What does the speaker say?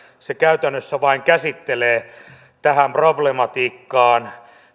se käytännössä käsittelee vain tähän problematiikkaan